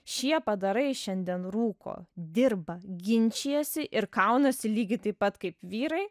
šie padarai šiandien rūko dirba ginčijasi ir kaunasi lygiai taip pat kaip vyrai